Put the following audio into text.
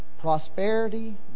prosperity